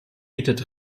bietet